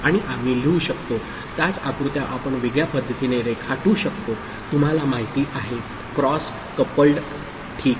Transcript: आणि आम्ही लिहू शकतो त्याच आकृत्या आपण वेगळ्या पद्धतीने रेखाटू शकतो तुम्हाला माहिती आहे क्रॉस कपल्ड ठीक